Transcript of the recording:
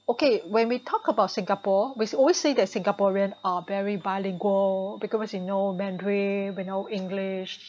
okay when we talk about singapore we'll always say that singaporean are very bilingual because we know mandarin we know english